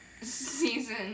season